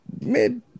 mid